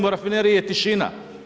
U Rafineriji je tišina.